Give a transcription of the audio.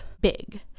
big